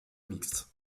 mixte